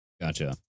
Gotcha